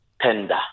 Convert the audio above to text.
Tender